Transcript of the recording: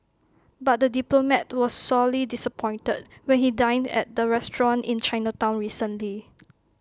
but the diplomat was sorely disappointed when he dined at the restaurant in Chinatown recently